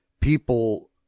people